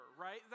right